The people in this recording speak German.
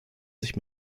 sich